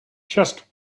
just